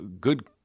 good